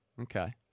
Okay